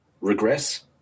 regress